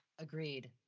Agreed